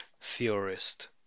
theorist